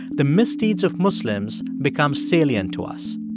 the misdeeds of muslims become salient to us.